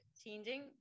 changing